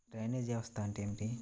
Drainage వ్యవస్థ అంటే ఏమిటి?